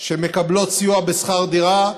שמקבלות סיוע בשכר דירה,